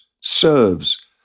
serves